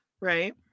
right